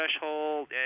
threshold